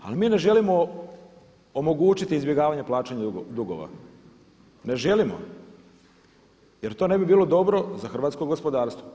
Ali mi ne želimo omogućiti izbjegavanje plaćanja dugova, ne želimo jer to ne bi bilo dobro za hrvatsko gospodarstvo.